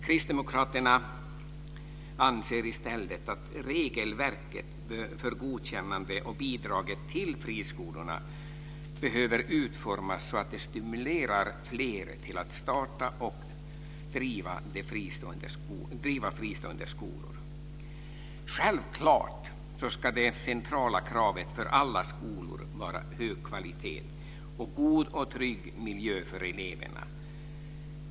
Kristdemokraterna anser i stället att regelverket för godkännande av och bidraget till friskolor behöver utformas så att fler stimuleras att starta och driva fristående skolor. Självklart ska det centrala kravet för alla skolor vara hög kvalitet och god och trygg miljö för eleverna.